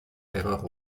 erreur